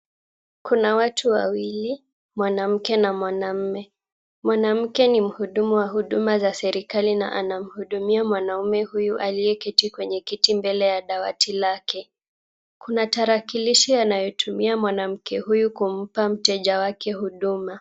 Kuna watu wawili mwanamke na mwanaume. Mwanamke ni mhudumu wa huduma za serikali na anamhudumia mwanaume huyu aliyeketi kwenye kiti mbele ya dawati lake. Kuna tarakilishi anayoitumia mwanamke huyu kumpa mteja wake huduma.